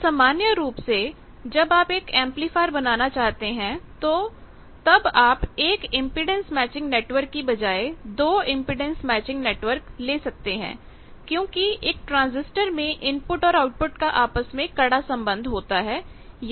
अब सामान्य रूप से जब आप एक एंपलीफायर बनाना चाहते हैं तो तब आप 1 इंपेडेंस मैचिंग नेटवर्क की बजाय 2 इंपेडेंस मैचिंग नेटवर्क ले सकते हैं क्योंकि एक ट्रांसिस्टर में इनपुट और आउटपुट का आपस में कड़ा संबंध होता है